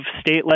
state